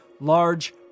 Large